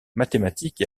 mathématique